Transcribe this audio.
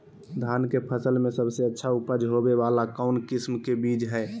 धान के फसल में सबसे अच्छा उपज होबे वाला कौन किस्म के बीज हय?